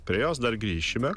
prie jos dar grįšime